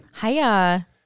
hiya